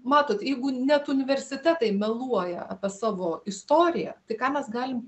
matot jeigu net universitetai meluoja apie savo istoriją tai ką mes galim